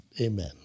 amen